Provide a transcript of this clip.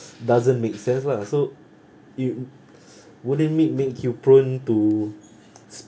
doesn't make sense lah so you wouldn't it make you prone to